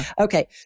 Okay